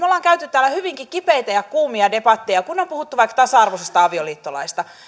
olemme käyneet täällä hyvinkin kipeitä ja kuumia debatteja kun on puhuttu vaikka tasa arvoisesta avioliittolaista